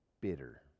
bitter